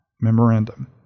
Memorandum